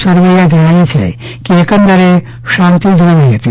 સરવૈયા જણાવે છે કે એકંદરે શાંતિ જળવાઈહતી